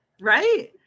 Right